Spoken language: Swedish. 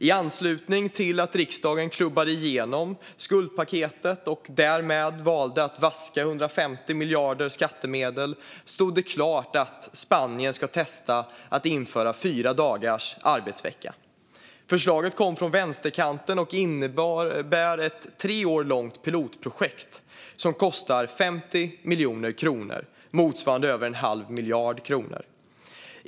I anslutning till att riksdagen klubbade igenom skuldpaketet och därmed valde att vaska 150 miljarder i skattemedel stod det klart att Spanien ska testa att införa fyra dagars arbetsvecka. Förslaget kom från vänsterkanten och innebär ett tre år långt pilotprojekt som kostar 50 miljoner euro, motsvarande över en halv miljard kronor.